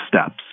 steps